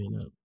up